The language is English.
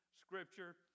scripture